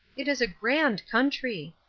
it is a grand country.